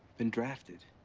been drafted.